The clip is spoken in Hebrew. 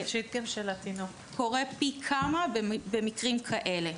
קורה פי כמה במקרים כאלה.